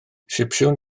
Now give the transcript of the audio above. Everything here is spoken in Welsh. sipsiwn